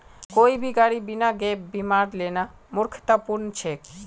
कोई भी गाड़ी बिना गैप बीमार लेना मूर्खतापूर्ण छेक